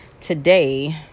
today